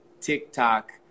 tiktok